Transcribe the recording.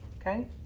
okay